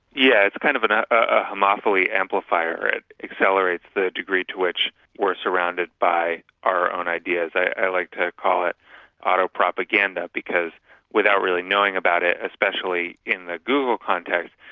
yeah, it's kind of a ah homophily amplifier. it accelerates the degree to which we're surrounded by our own ideas. i like to call it auto-propaganda, because without really knowing about it, especially in the google context,